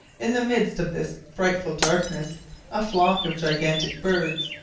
in the midst of this frightful darkness a flock of gigantic birds,